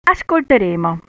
Ascolteremo